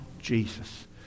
Jesus